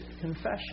confession